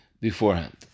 beforehand